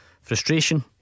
frustration